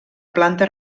planta